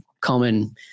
common